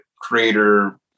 creator